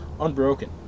Unbroken